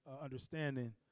understanding